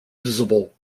visible